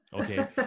Okay